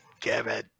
Kevin